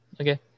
Okay